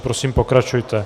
Prosím, pokračujte.